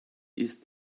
ist